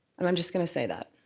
and i'm just gonna say that.